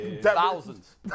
Thousands